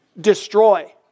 destroy